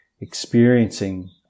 experiencing